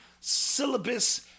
syllabus